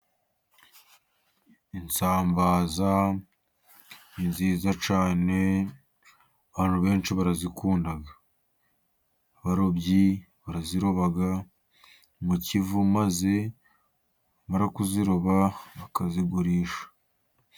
Insambaza ni nziza cyane, abantu benshi barazikunda. Abarobyi baraziroba mu kivu, maze bamara kuziroba, bakazigurisha.